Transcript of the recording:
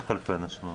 איך אלפי אנשים?